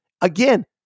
again